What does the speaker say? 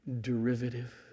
derivative